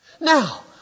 Now